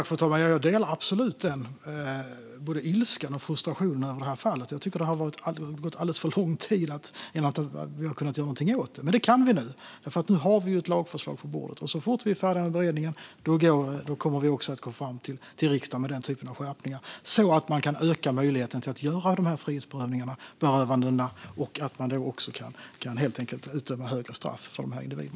Fru talman! Jag delar absolut den ilskan och frustrationen över det här fallet. Jag tycker att det har gått alldeles för lång tid utan att vi kunnat göra någonting åt detta. Men det kan vi nu, för nu har vi ett lagförslag på bordet. Så fort vi är färdiga med beredningen kommer vi att gå fram till riksdagen men den typen av skärpningar, så att man kan öka möjligheten att göra sådana här frihetsberövanden och även utdöma höga straff för dessa individer.